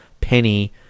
Penny